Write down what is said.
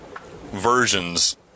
versions